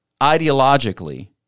ideologically